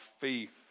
faith